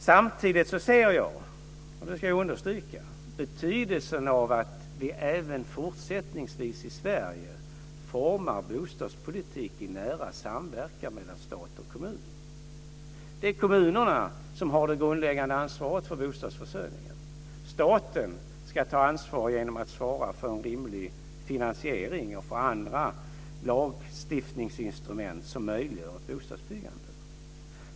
Samtidigt ser jag - det vill jag understryka - betydelsen av att vi även fortsättningsvis i Sverige formar en bostadspolitik i nära samverkan mellan stat och kommun. Det är kommunerna som har det grundläggande ansvaret för bostadsförsörjningen. Staten ska ta ansvar genom att svara för en rimlig finansiering och för lagstiftningsinstrument som möjliggör ett bostadsbyggande.